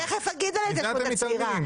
תכף אומר על ההתיישבות הצעירה.